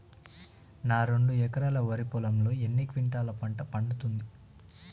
నా రెండు ఎకరాల వరి పొలంలో ఎన్ని క్వింటాలా పంట పండుతది?